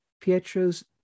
Pietro's